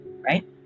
right